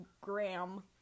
Graham